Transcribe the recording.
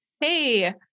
Hey